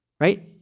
right